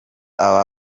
aba